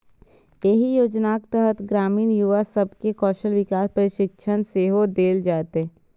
एहि योजनाक तहत ग्रामीण युवा सब कें कौशल विकास प्रशिक्षण सेहो देल जेतै